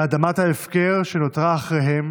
באדמת ההפקר שנותרה אחריהם